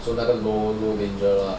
so 那个 more danger lah